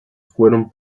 fueron